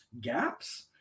gaps